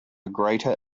greater